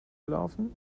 gelaufen